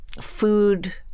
food